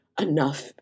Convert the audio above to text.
enough